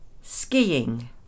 Skiing